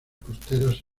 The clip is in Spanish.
costeras